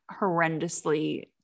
horrendously